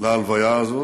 להלוויה הזאת,